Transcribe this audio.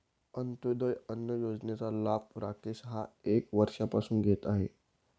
अंत्योदय अन्न योजनेचा लाभ राकेश हा एक वर्षापासून घेत आहे